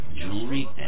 jewelry